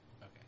Okay